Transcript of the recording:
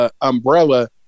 umbrella